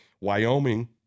Wyoming